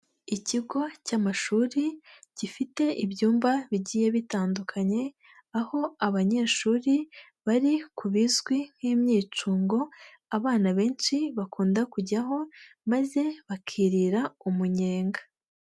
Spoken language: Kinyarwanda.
Ikigo cy'amashuri, gifite ibyumba bigiye bitandukanye, aho abanyeshuri bari ku bizwi nk'imyicungo abana benshi bakunda kujyaho maze bakirira umunyenga.